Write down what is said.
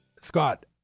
Scott